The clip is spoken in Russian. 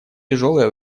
тяжелое